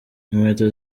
inkweto